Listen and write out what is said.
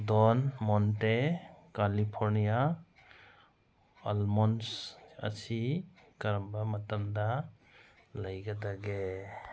ꯗꯣꯟ Monte California almonds ꯑꯁꯤ ꯀꯔꯝꯕ ꯃꯇꯝꯗ ꯂꯩꯒꯗꯒꯦ